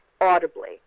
audibly